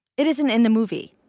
it isn't in the movie,